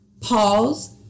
pause